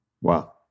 Wow